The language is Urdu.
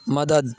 مدد